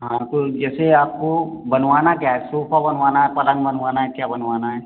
हाँ तो जैसे आपको बनवाना क्या है सोफ़ा बनवाना है पलंग बनवाना है क्या बनवाना है